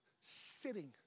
sitting